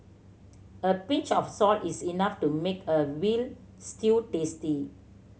a pinch of salt is enough to make a veal stew tasty